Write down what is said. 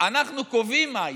אנחנו קובעים מה יהיה.